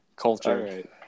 Culture